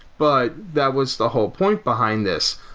but that was the whole point behind this,